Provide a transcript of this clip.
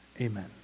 amen